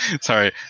sorry